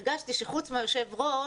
הרגשתי שחוץ מהיושב-ראש,